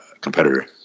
competitor